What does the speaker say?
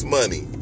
money